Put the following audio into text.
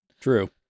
True